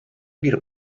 bir